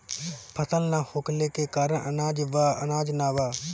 फसल ना होखले के कारण अनाज ना बा